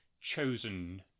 chosen